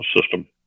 system